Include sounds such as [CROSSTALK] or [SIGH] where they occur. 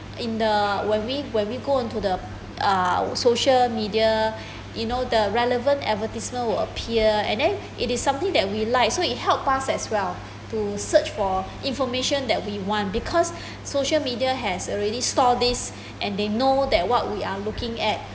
in the when we when we go into the uh social media [BREATH] you know the relevant advertisement would appear and then it is something that we like so it help us as well to search for [BREATH] information that we want because [BREATH] social media has already stored this [BREATH] and they know that what we are looking at